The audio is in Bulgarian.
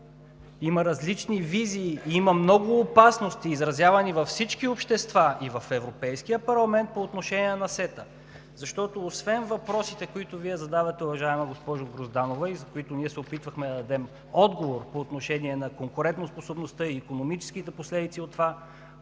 Има различни визии, има много опасности, изразявани във всички общества и в Европейския парламент по отношение на СЕТА, защото освен въпросите, които Вие задавате, уважаема госпожо Грозданова, и за които ние се опитвахме да дадем отговор по отношение на конкурентоспособността и икономическите последици от това